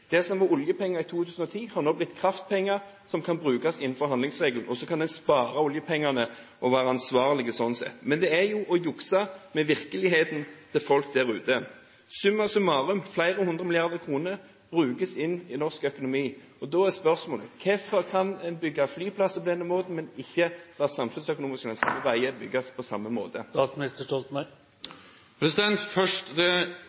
Det som var oljepenger i 2010, har nå blitt kraftpenger som kan brukes innenfor handlingsregelen – så kan en spare oljepengene og være ansvarelige sånn sett, men det er jo å jukse med virkeligheten til folk der ute. Summa summarum: Flere hundre milliarder kroner brukes inn i norsk økonomi. Da er spørsmålet: Hvorfor kan man bygge flyplasser på denne måten, men ikke la samfunnsøkonomisk lønnsomme veier bygges på samme måte?